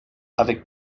avec